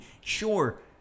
Sure